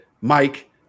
Mike